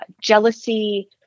jealousy